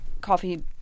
coffee